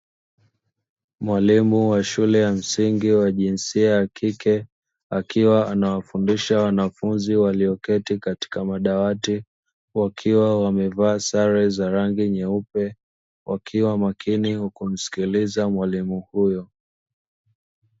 Mwalimu wa shule ya msingi wa jinsia ya kike, akiwa anawafundisha wanafunzi walioketi katika madawati wakiwa wamevaa sare za rangi nyeupe, wakiwa makini kumsikiliza mwalimu huyo.